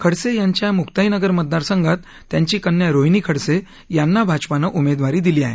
खडसे यांच्या मुक्ताई नगर मतदारसंघात त्यांची कन्या रोहिणी खडसे यांना भाजपानं उमेदवारी दिली आहे